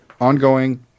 ongoing